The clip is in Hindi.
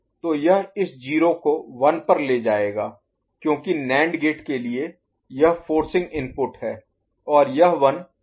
तो यह इस 0 को 1 पर ले जाएगा क्योंकि NAND गेट के लिए यह फोर्सिंग इनपुट है और यह 1 1 फीडबैक है यह 0 है